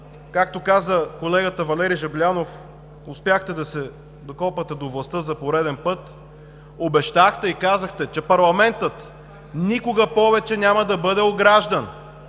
както каза колегата Валери Жаблянов, успяхте да се „докопате“ до властта за пореден път, обещахте – казахте, че парламентът никога повече няма да бъде ограждан,